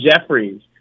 Jeffries